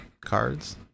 cards